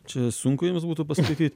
čia sunku jiems būtų paskaityt